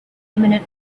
imminent